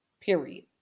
period